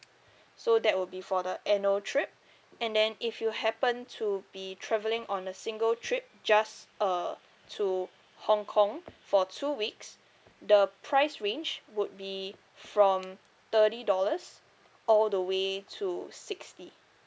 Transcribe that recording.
so that will be for the annual trip and then if you happen to be travelling on a single trip just uh to hong kong for two weeks the price range would be from thirty dollars all the way to sixty